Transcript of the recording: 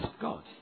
God